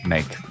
Make